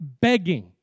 begging